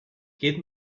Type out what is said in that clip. give